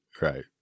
Right